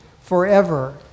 forever